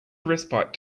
respite